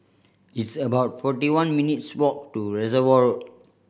it's about forty one minutes' walk to Reservoir